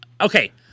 Okay